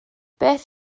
beth